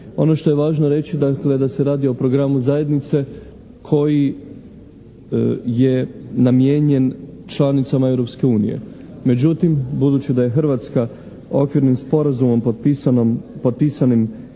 Ono što je važno reći dakle da se radi o programu zajednice koji je namijenjen članicama Europske unije. Međutim, budući da je Hrvatska Okvirnim sporazumom potpisanim